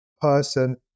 person